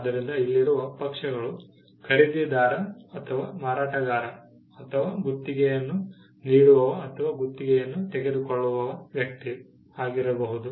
ಆದ್ದರಿಂದ ಇಲ್ಲಿರುವ ಪಕ್ಷಗಳು ಖರೀದಿದಾರ ಅಥವಾ ಮಾರಾಟಗಾರ ಅಥವಾ ಗುತ್ತಿಗೆಯನ್ನು ನೀಡುವವ ಅಥವಾ ಗುತ್ತಿಗೆಯನ್ನು ತೆಗೆದುಕೊಳ್ಳುವ ವ್ಯಕ್ತಿ ಆಗಿರಬಹುದು